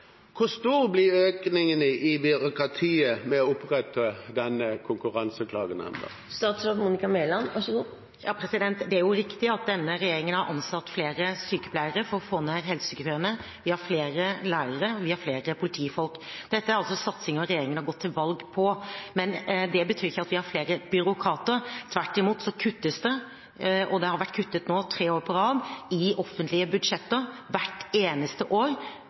Hvor stor blir økningen i byråkratiet ved å opprette denne konkurranseklagenemnden? Det er riktig at denne regjeringen har ansatt flere sykepleiere for å få ned helsekøene. Vi har flere lærere, og vi har flere politifolk. Dette er satsinger regjeringen har gått til valg på, men det betyr ikke at vi har flere byråkrater. Tvert imot kuttes det – det har nå vært kuttet tre år på rad – i offentlige budsjetter hvert eneste år.